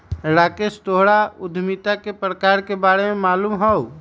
राकेश तोहरा उधमिता के प्रकार के बारे में मालूम हउ